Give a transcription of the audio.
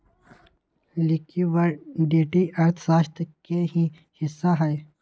liquidity अर्थशास्त्र के ही हिस्सा हई